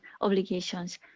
obligations